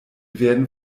werden